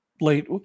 late